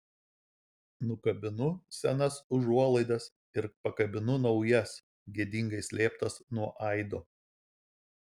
nukabinu senas užuolaidas ir pakabinu naujas gėdingai slėptas nuo aido